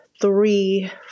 three